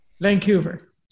Vancouver